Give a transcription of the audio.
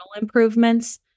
improvements